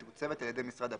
המתוקצבת על ידי משרד הפנים,